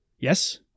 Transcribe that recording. Yes